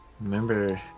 Remember